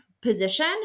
position